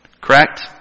Correct